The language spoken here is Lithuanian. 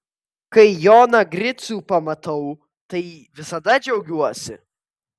kai joną gricių pamatau tai visada džiaugiuosi